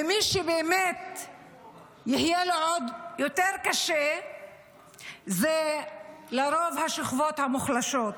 ומי שבאמת יהיה לו עוד יותר קשה זה לרוב השכבות המוחלשות.